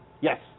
Yes